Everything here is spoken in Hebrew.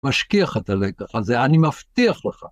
משכיח את הלקח הזה, אני מבטיח לך.